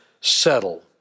settle